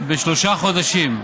בשלושה חודשים.